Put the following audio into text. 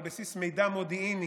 על בסיס מידע מודיעיני,